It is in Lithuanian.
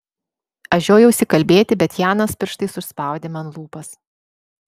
aš žiojausi kalbėti bet janas pirštais užspaudė man lūpas